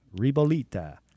ribolita